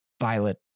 Violet